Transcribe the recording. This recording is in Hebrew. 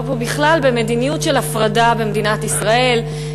פה בכלל במדיניות של הפרדה במדינת ישראל,